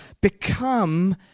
become